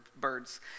birds